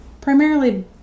primarily